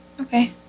Okay